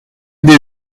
des